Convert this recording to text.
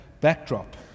backdrop